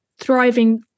thriving